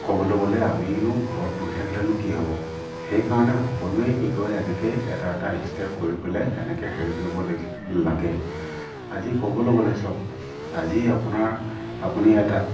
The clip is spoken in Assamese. ক'বলৈ গ'লে আমিনো ঘৰত বহি থাকিলেনো কি হ'ব সেইকাৰণে সকলোৱে কি কয় এনেকৈয়ে এটা এটা ষ্টেপ কৰি পেলাই এনেকৈ হেৰি কৰিব লগ্ লাগে আজি ক'বলৈ গ'লে চাওক আজি আপোনাৰ আপুনি এটা